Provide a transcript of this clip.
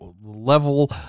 level